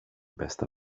bästa